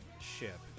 ship